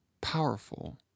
powerful